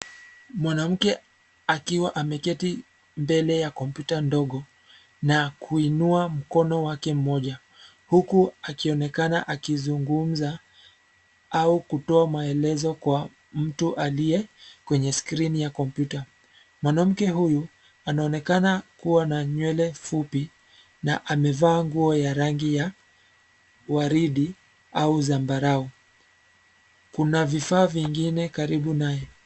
Mwanamke, akiwa ameketi mbele ya kompyuta ndogo na kuinua mkono wake mmoja huku akionekana akizungumza au kutoa maelezo kwa mtu aliye kwenye screen ya computer . Mwanamke huyu anaonekana kuwa na nywele fupi na amevaa nguo ya rangi ya waridi au zambarau. Kuna vifaa vingine karibu naye.